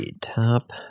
top